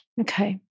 Okay